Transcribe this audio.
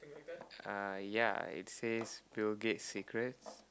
uh ya it says Bill Gates' secrets